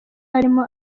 harimo